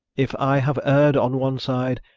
if i have err'd on one side,